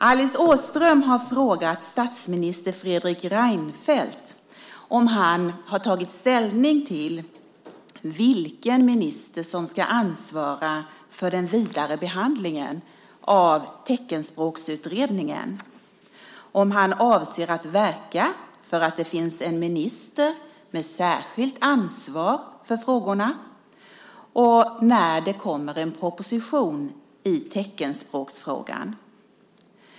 Alice Åström har frågat statsminister Fredrik Reinfeldt om han har tagit ställning till vilken minister som ska ansvara för den vidare behandlingen av teckenspråksutredningen, om han avser att verka för att det finns en minister med särskilt ansvar för frågorna och när det kommer en proposition i teckenspråksfrågan.